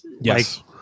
Yes